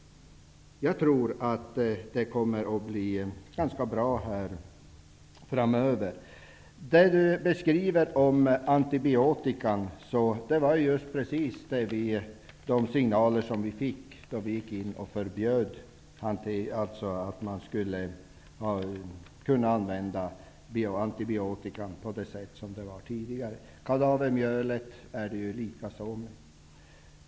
Jag tror att det kommer att bli ganska bra framöver. Vi fick just dessa signaler om antibiotikan och gick därför in och förbjöd att den används på det sätt som man gjorde tidigare. Samma sak gäller för kadavermjölet.